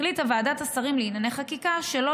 החליטה ועדת השרים לענייני חקיקה שלא